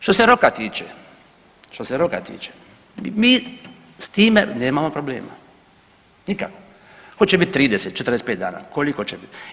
Što se roka tiče, što se roka tiče, mi s time nemamo problema nikakvog, hoće bit 30, 45 dana, koliko će bit.